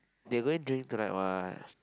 they going drink tonight what